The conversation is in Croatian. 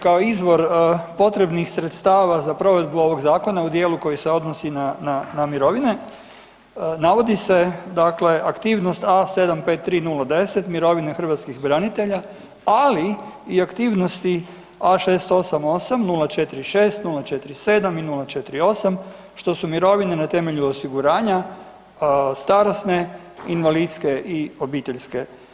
Kao izvor potrebnih sredstava za provedbu ovog zakona u dijelu koji se odnosi na mirovine, navodi se aktivnost A 7530-10 mirovine hrvatskih branitelja, ali i aktivnosti A 688-046-047 i 048 što su mirovne na temelju osiguranja starosne, invalidske i obiteljske.